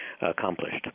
accomplished